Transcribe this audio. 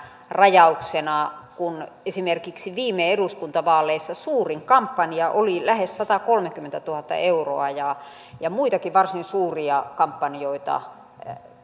rajauksena kun esimerkiksi viime eduskuntavaaleissa suurin kampanja oli lähes satakolmekymmentätuhatta euroa ja ja muitakin varsin suuria kampanjoita